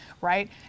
right